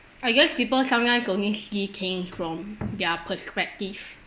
I guess people sometimes only see thing from their perspective